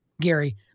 Gary